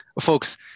folks